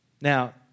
Now